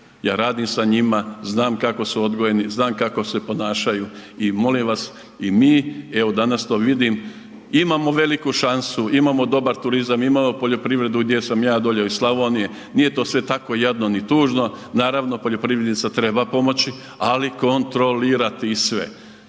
Ja radim sa njima, znam kako su odgojeni, znam kako se ponašaju i molim vas i mi, evo danas to vidim, imamo veliku šansu, imamo dobar turizam, imamo poljoprivredu gdje sam ja dolje iz Slavonije, nije to sve tako jadno ni tužno, naravno poljoprivrednicima treba pomoći, ali kontrolirati ih sve.